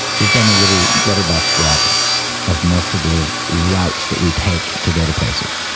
we've done a little letterbox drop of most of the routes that we take to go to places